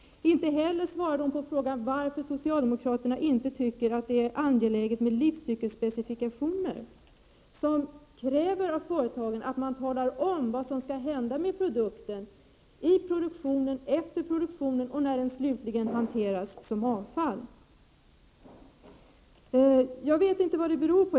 Inte heller svarade Grethe Lundblad på frågan varför socialdemokraterna inte tycker att det är angeläget med livscykelspecifikationer, som kräver att företagen talar om vad som skall hända med produkten i produktionen, efter produktionen och när den slutligen hanteras som avfall. Jag vet inte vad det beror på.